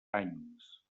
anys